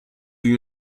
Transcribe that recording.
you